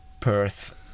Perth